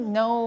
no